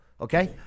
okay